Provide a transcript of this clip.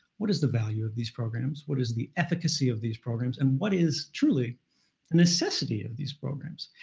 what is the value of these programs, what is the efficacy of these programs, and what is truly a necessity of these programs.